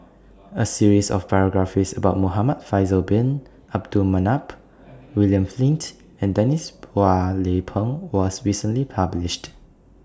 A series of biographies about Muhamad Faisal Bin Abdul Manap William Flint and Denise Phua Lay Peng was recently published